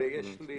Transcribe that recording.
ויש לי